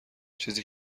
چیزی